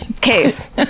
case